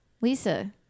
lisa